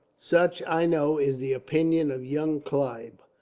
such, i know, is the opinion of young clive,